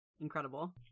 Incredible